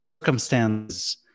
circumstances